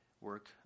work